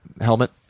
helmet